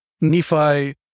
Nephi